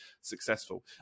successful